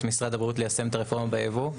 משרד הבריאות ליישם את הרפורמה בייבוא.